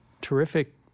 terrific